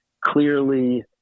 clearly